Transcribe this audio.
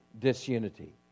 disunity